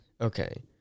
Okay